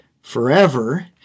forever